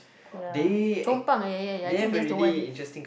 ya Chong pang ya ya I think there's the one